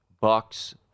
Bucks